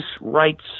rights